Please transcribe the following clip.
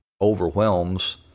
overwhelms